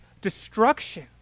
destruction